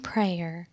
Prayer